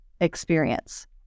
experience